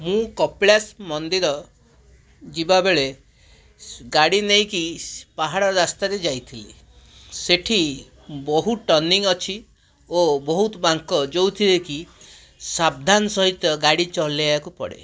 ମୁଁ କପିଳାସ ମନ୍ଦିର ଯିବା ବେଳେ ଗାଡ଼ି ନେଇକି ପାହାଡ଼ ରାସ୍ତାରେ ଯାଇଥିଲି ସେଇଠି ବହୁ ଟର୍ଣ୍ଣିଂ ଅଛି ଓ ବହୁତ ବାଙ୍କ ଯେଉଁଥିରେ କି ସାବଧାନ୍ ସହିତ ଗାଡ଼ି ଚଲାଇବାକୁ ପଡ଼େ